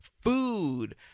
food